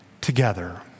together